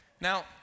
Now